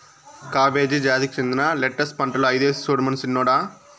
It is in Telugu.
కాబేజీ జాతికి చెందిన లెట్టస్ పంటలు ఐదేసి సూడమను సిన్నోడా